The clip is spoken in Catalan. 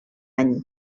any